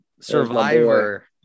Survivor